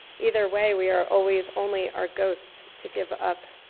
either way, we are always only our ghosts to give up.